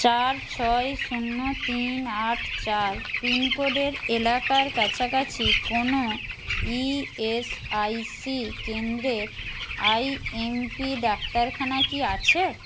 চার ছয় শূন্য তিন আট চার পিনকোডের এলাকার কাছাকাছি কোনো ই এস আই সি কেন্দ্রের আই এম পি ডাক্তারখানা কি আছে